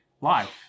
live